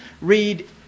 read